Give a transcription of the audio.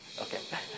Okay